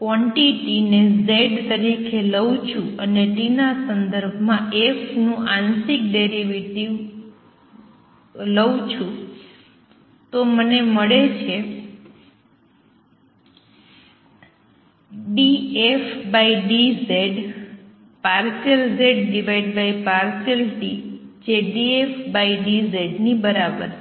quantity ને z તરીકે લઉં છું અને t ના સંદર્ભમાં f નું આંશિક ડેરિવેટિવ લઉં છું તો મને મળશે dfdz∂z∂t જે dfdz ની બરાબર છે